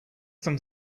some